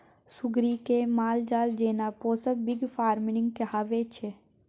सुग्गरि केँ मालजाल जेना पोसब पिग फार्मिंग कहाबै छै